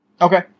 Okay